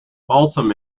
balsam